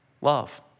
Love